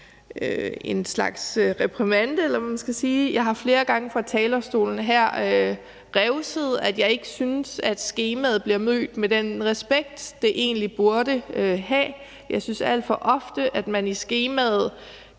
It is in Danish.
en slags reprimande, eller hvad man skal sige. Jeg har flere gange fra talerstolen her revset, at jeg ikke synes, at skemaet bliver mødt med den respekt, det egentlig burde. Jeg synes alt for ofte, at man i skemaet